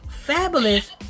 Fabulous